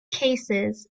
cases